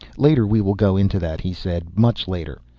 later we will go into that, he said. much later.